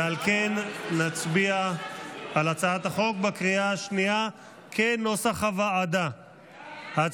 ועל כן נצביע על הצעת החוק בנוסח הוועדה בקריאה השנייה.